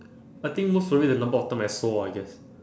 I think most probably the number of time I swore I guess